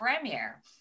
premiere